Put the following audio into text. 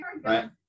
right